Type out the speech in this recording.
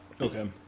Okay